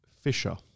Fisher